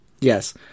Yes